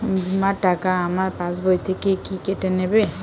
বিমার টাকা আমার পাশ বই থেকে কি কেটে নেবে?